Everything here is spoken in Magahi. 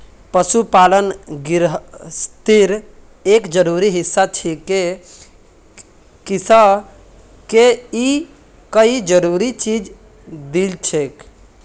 पशुपालन गिरहस्तीर एक जरूरी हिस्सा छिके किसअ के ई कई जरूरी चीज दिछेक